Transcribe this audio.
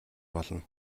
болно